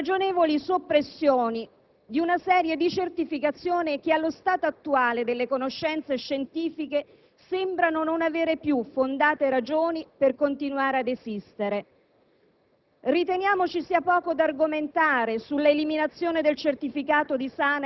Si rilevano, nell'articolato del presente disegno di legge, ragionevoli soppressioni di una serie di certificazioni che, allo stato attuale delle conoscenze scientifiche, sembrano non avere più fondate ragioni per continuare ad esistere.